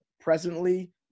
presently